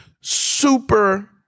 super